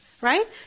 Right